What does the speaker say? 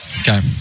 Okay